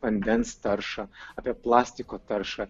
vandens taršą apie plastiko taršą